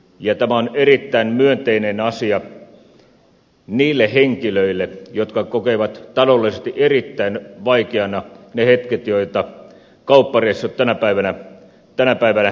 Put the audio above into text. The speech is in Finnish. ja tämä on erittäin myönteinen asia niille henkilöille jotka kokevat taloudellisesti erittäin vaikeana ne hetket joita kauppareissut tänä päivänä heille tuottavat